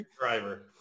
driver